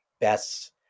best